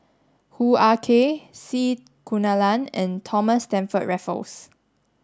Hoo Ah Kay C Kunalan and Thomas Stamford Raffles